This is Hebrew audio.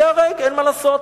תיהרג, אין מה לעשות.